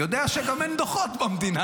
יודע שגם אין דוחות במדינה,